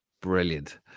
Brilliant